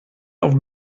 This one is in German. auf